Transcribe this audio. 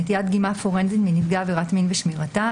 (נטילת דגימה פורנזית מנפגע עבירת מין ושמירתה),